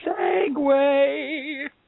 Segway